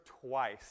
twice